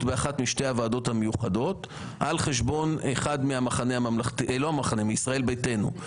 באחת משתי הוועדות המיוחדות על חשבון ישראל ביתנו,